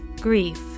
grief